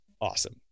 awesome